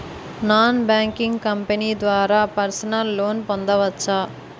Non banking company ద్వారా personal loan పొందవచ్చా?